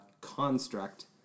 construct